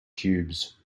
cubes